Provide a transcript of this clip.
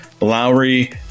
Lowry